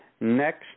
next